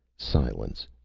silence.